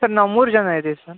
sir ನಾವು ಮೂರು ಜನ ಇದ್ದೀವಿ ಸರ್